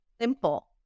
simple